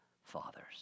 Fathers